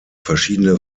verschiedene